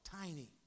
tiny